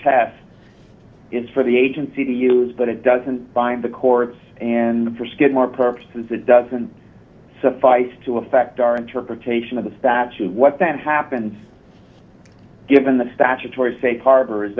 test is for the agency to use but it doesn't bind the courts and get more purposes it doesn't suffice to affect our interpretation of the statute what then happens given the statutory safe harbor is